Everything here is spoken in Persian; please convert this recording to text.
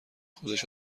خودش